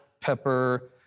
pepper